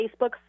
Facebook